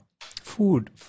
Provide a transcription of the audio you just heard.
food